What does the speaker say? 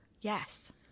Yes